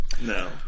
no